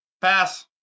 Pass